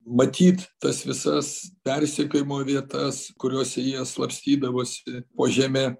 matyt tas visas persekiojimo vietas kuriose jie slapstydavosi po žeme